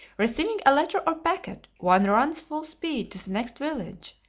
receiving a letter or packet, one runs full speed to the next village,